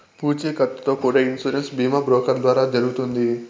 పూచీకత్తుతో కూడా ఇన్సూరెన్స్ బీమా బ్రోకర్ల ద్వారా జరుగుతుంది